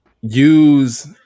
use